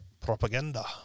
Propaganda